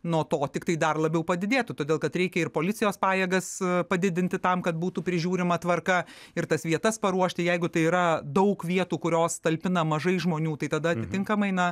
nuo to tiktai dar labiau padidėtų todėl kad reikia ir policijos pajėgas padidinti tam kad būtų prižiūrima tvarka ir tas vietas paruošti jeigu tai yra daug vietų kurios talpina mažai žmonių tai tada netinkamai na